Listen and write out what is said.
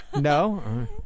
no